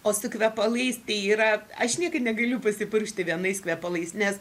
o su kvepalais tai yra aš niekad negaliu pasipurkšti vienais kvepalais nes